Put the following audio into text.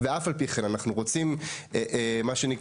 ואף על פי כן אנחנו רוצים מה שנקרא